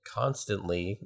constantly